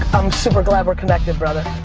i'm super glad we're connected, brother.